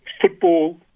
football